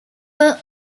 were